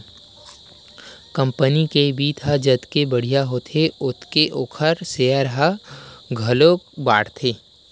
company के बित्त ह जतके बड़िहा होथे ओतके ओखर सेयर ह घलोक बाड़थे